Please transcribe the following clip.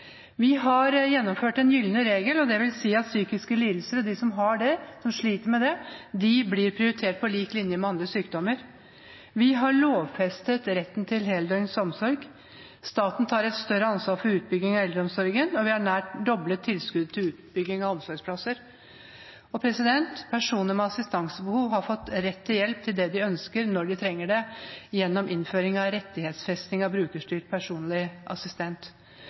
Vi har gjennomført den gylne regel, dvs. at de som har og sliter med psykiske lidelser, blir prioritert på lik linje med dem som har andre sykdommer. Vi har lovfestet retten til heldøgns omsorg. Staten tar et større ansvar for utbygging av eldreomsorgen, og vi har nær doblet tilskudd til utbygging av omsorgsplasser. Personer med assistansebehov har fått rett til hjelp til det de ønsker, når de trenger det, gjennom innføring av rettighetsfesting av brukerstyrt personlig assistent.